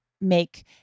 make